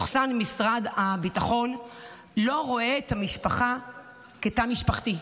משרד הביטחון לא רואה את המשפחה כתא משפחתי.